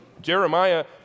Jeremiah